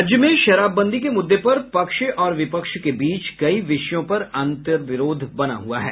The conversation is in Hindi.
राज्य में शराबबंदी के मुददे पर पक्ष और विपक्ष के बीच कई विषयों पर अंतर विरोध बना हुआ है